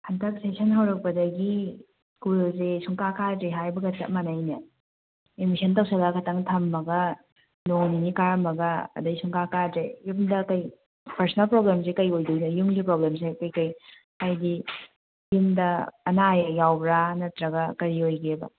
ꯍꯟꯗꯛ ꯁꯦꯁꯟ ꯍꯧꯔꯛꯄꯗꯒꯤ ꯁ꯭ꯀꯨꯜꯁꯦ ꯁꯨꯡꯀꯥ ꯀꯥꯗ꯭ꯔꯦ ꯍꯥꯏꯕꯒ ꯆꯞ ꯃꯥꯟꯅꯩꯅꯦ ꯑꯦꯗꯃꯤꯁꯟ ꯇꯧꯁꯜꯂ ꯈꯛꯇꯪ ꯊꯝꯃꯒ ꯅꯣꯡꯅꯤꯅꯤ ꯀꯥꯔꯝꯃꯒ ꯑꯗꯩ ꯁꯨꯡꯀꯥ ꯀꯥꯗ꯭ꯔꯦ ꯌꯨꯝꯗ ꯀꯩ ꯄꯔꯁꯅꯦꯜ ꯄ꯭ꯔꯣꯕ꯭ꯂꯦꯝꯁꯦ ꯀꯩ ꯑꯣꯏꯗꯣꯏꯅꯣ ꯌꯨꯝꯒꯤ ꯄ꯭ꯔꯣꯕ꯭ꯂꯦꯝꯁꯦ ꯀꯩꯀꯩ ꯍꯥꯏꯗꯤ ꯌꯨꯝꯗ ꯑꯅꯥ ꯑꯌꯦꯛ ꯌꯥꯎꯕ꯭ꯔ ꯅꯠꯇ꯭ꯔꯒ ꯀꯔꯤ ꯑꯣꯏꯒꯦꯕ